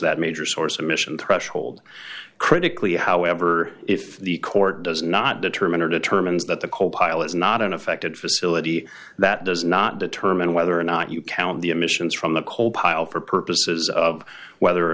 that major source emission threshold critically however if the court does not determine or determines that the co pilot's not an affected facility that does not determine whether or not you count the emissions from the coal pile for purposes of whether or